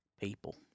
people